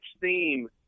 theme